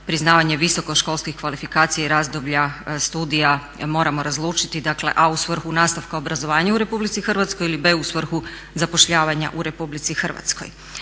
priznavanje visoko školskih kvalifikacija i razdoblja studija moramo razlučiti, dakle a u svrhu nastavka obrazovanja u RH ili b u svrhu zapošljavanja u RH. Dakle,